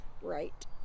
right